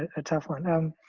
a tough one. i've